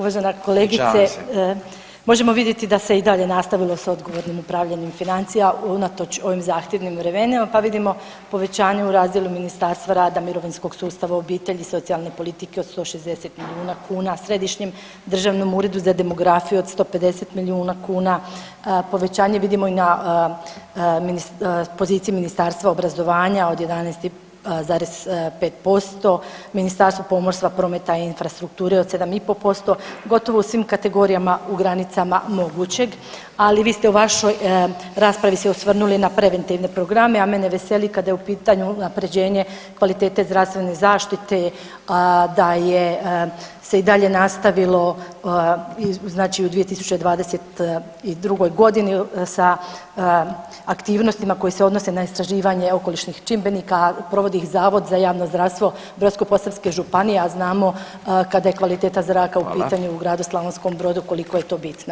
Uvažena kolegice, možemo vidjeti da se i dalje nastavilo s odgovornim upravljanjem financija unatoč ovim zahtjevnim vremenima, pa vidimo povećanje u razdjelu Ministarstva rada, mirovinskog sustava, obitelji i socijalne politike od 160 milijuna kuna, Središnjem državnom uredu za demografiju od 150 milijuna kuna, povećanje vidimo i na poziciji Ministarstva obrazovanja od 11,5%, Ministarstvo pomorstva, prometa i infrastrukture od 7,5%, gotovo u svim kategorijama u granicama mogućeg, ali vi ste u vašoj raspravi se osvrnuli na preventivne programe, a mene veseli kada je u pitanju unaprjeđenje kvalitete zdravstvene zaštite da je se i dalje nastavilo znači u 2022.g. sa aktivnostima koji se odnose na istraživanje okolišnih čimbenika, a provodi iz Zavod za javno zdravstvo Brodsko-posavske županije, a znamo kada je kvaliteta zraka u pitanju u gradu Slavonskom Brodu koliko je to bitno.